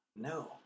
No